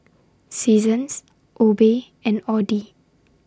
Seasons Obey and Audi